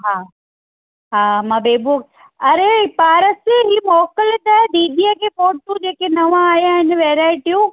हा हा मां बेबो अरे पारस हीअ मोकिल त दीदीअ खे फ़ोटो जेके नवा आया आहिनि वैरायटियूं